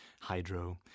hydro